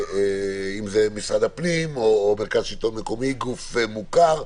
אם זה משרד הפנים או מרכז שלטון מקומי, גוף מוכר,